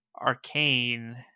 Arcane